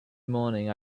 morning